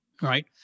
Right